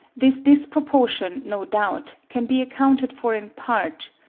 this disproportion, no doubt, can be accounted for in part,